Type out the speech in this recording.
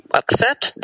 accept